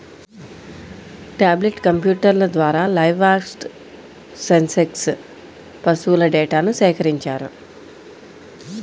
tablet కంప్యూటర్ల ద్వారా livestock census పశువుల డేటాను సేకరించారు